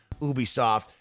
Ubisoft